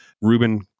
Ruben